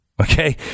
Okay